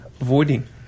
avoiding